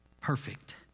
perfect